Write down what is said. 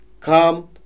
come